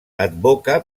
advoca